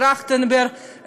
טרכטנברג,